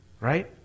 right